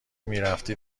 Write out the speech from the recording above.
میرفتی